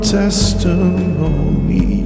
testimony